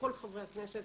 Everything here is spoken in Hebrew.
לכל חברי הכנסת,